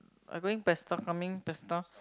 I going Pesta coming Pesta